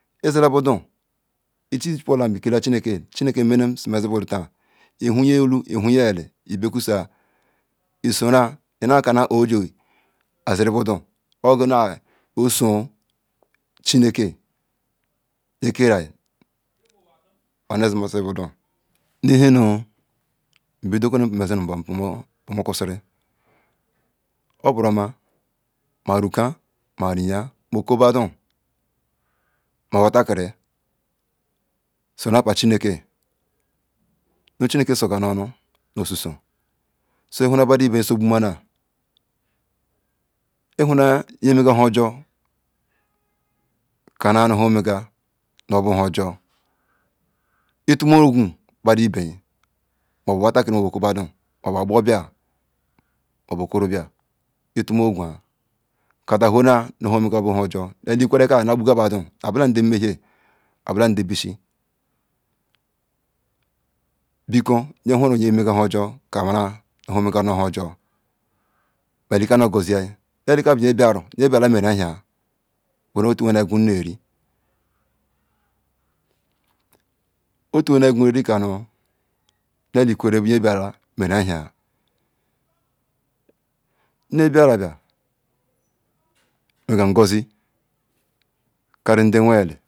Izila bodu izi chi bolan ikela chineke chineke ima nem sumesibudon ihunayin ihuyin isoran inakenal or yaziri bodun or ya gal nu suru chineke yin karal onu simasi budon nuhin nu nbedo kwen pal woquosiri oboroma marukan mari yin oko ba don ma wata kiri suru chineke nu chim eye sugunu onu nu so so so thunal badan ibem so gbumana ihuna ye me ga hujor kanu nhan ome ga bu nujor itumo ogu badun iben ogbu bia or bo oko bandon kadon wholona nnu iyan omegabo hon jor canna nu hame gal bo hujor itu ma ogu n badon iben monbo okor o bia gada hannal nu eli ikwerre abogal badon abolada bishi a bo landa nmehi abola ndebishi be yin hunam ye mega hunjur cannal nu ohum megal bohanjar ma eli ka nu go zia nu eli ibiaru bo eli ye biala meren enhen bu han wenal gurun nu iri otu wennal gunrun nu iri canu nu eli itewerre bu yen biala menu err hen ya biara bia wenga ngozi karu yin wen eli.